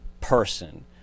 person